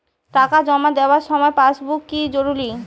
টাকা জমা দেবার সময় পাসবুক কি জরুরি?